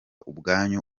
ubwanyu